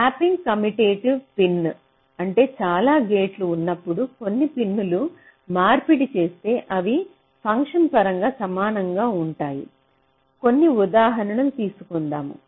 swapping commutative pin అంటే చాలా గేట్లు ఉన్నప్పుడు కొన్ని పిన్లను మార్పిడి చేస్తే అవి ఫంక్షన్ పరంగా సమానంగా ఉంటాయి కొన్ని ఉదాహరణలు తీసుకుందాం